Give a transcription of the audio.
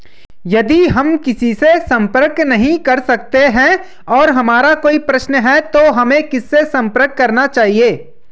यदि हम किसी से संपर्क नहीं कर सकते हैं और हमारा कोई प्रश्न है तो हमें किससे संपर्क करना चाहिए?